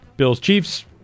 Bills-Chiefs